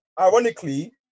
Ironically